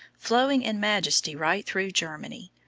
flowing in majesty right through germany,